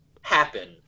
happen